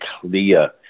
clear